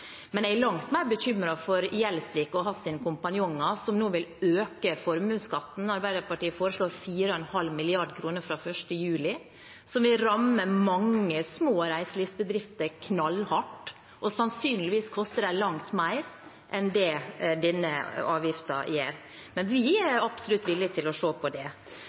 Men jeg er langt mer bekymret for Gjelsvik og hans kompanjonger, som nå vil øke formuesskatten. Arbeiderpartiet foreslår 4,5 mrd. kr fra 1. juli, som vil ramme mange små reiselivsbedrifter knallhardt, og sannsynligvis koste dem langt mer enn det denne avgiften gjør. Men vi er absolutt villige til å se på det.